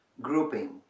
grouping